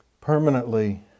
Permanently